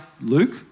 Luke